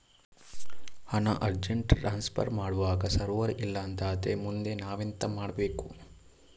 ಹಣ urgent transfer ಮಾಡ್ವಾಗ server ಇಲ್ಲಾಂತ ಆದ್ರೆ ಮುಂದೆ ನಾವೆಂತ ಮಾಡ್ಬೇಕು?